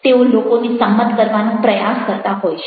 તેઓ લોકોને સંમત કરવાનો પ્રયાસ કરતા હોય છે